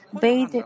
bathe